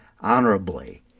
honorably